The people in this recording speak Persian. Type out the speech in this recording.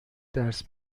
درس